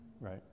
right